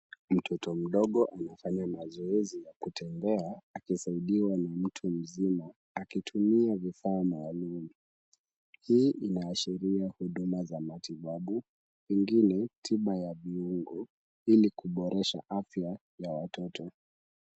Mtoto mdogo anafanya mazoezi ya kutembea, akisaidiwa na mtu mzima, akitumia vifaa maalum. Hii inaashiria huduma za matibabu, pengine, tiba ya viungo, ili kuboresha afya ya watoto.